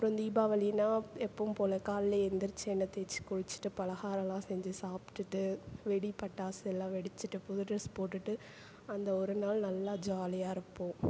அப்புறம் தீபாவளினா எப்போதும் போல் காலையில் எழுந்திரிச்சு எண்ணெய் தேய்ச்சி குளிச்சுட்டு பலகாரம்லாம் செஞ்சு சாப்பிட்டுட்டு வெடி பட்டாசு எல்லாம் வெடிச்சுட்டு புது ட்ரெஸ் போட்டுட்டு அந்த ஒரு நாள் நல்லா ஜாலியாக இருப்போம்